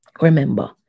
Remember